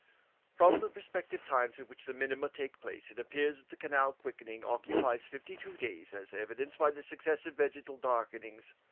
from the respective times at which the minima take place, it appears that the canal quickening occupies fifty-two days, as evidenced by the successive vegetal darkenings,